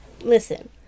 listen